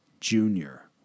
junior